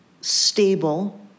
stable